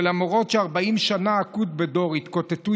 שלמרות ש"ארבעים שנה אקוט בדור" התקוטטו